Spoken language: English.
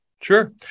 Sure